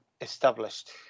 established